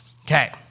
Okay